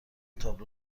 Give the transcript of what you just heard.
تابلو